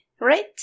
right